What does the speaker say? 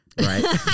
right